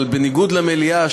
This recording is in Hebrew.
אבל בניגוד למליאה,